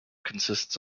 consists